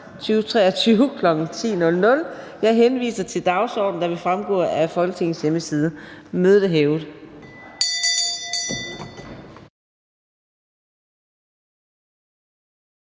2023, kl. 10.00. Jeg henviser til den dagsorden, der vil fremgå af Folketingets hjemmeside. Mødet er hævet.